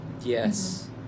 yes